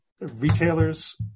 retailers